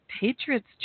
Patriots